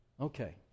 Okay